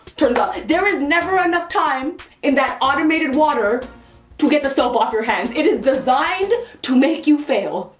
turns off. there is never enough time in that automated water to get the soap off your hands. it is designed to make you fail.